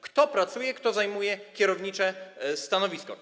Kto pracuje, kto zajmuje kierownicze stanowiska?